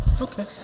Okay